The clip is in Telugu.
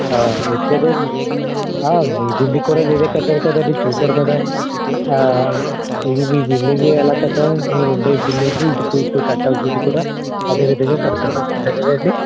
ఆ ఇసుక అనేది ఆ మీ బిల్డింగ్ కూడా నేనే కట్టానుకదండి చూసారు కదా ఆ ఇది మీ బిల్డింగ్ ఎలా కట్టామో మీరు ఉండే బిల్డింగ్ ఇది కూడా ఇప్పుడు కట్టాల్సింది కూడా అదే విధంగా కడతామండీ సరేనా అండి